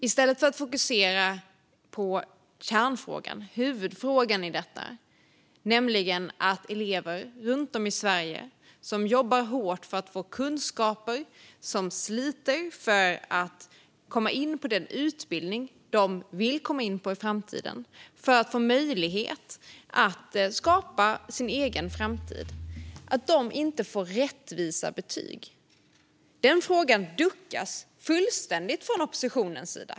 Man fokuserar inte på kärnfrågan och huvudfrågan här, nämligen att elever runt om i Sverige som jobbar hårt för att få kunskaper och som sliter för att komma in på en utbildning i framtiden och få möjlighet att skapa sin egen framtid inte får rättvisa betyg. Oppositionen duckar fullständigt för den frågan.